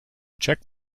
check